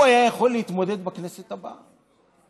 הוא היה יכול להתמודד בכנסת הבאה.